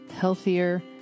healthier